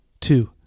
Two